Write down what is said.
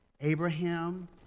Abraham